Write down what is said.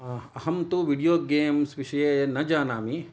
अहं तु video games विषये न जानामि